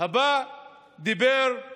הבא דיבר על